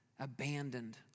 abandoned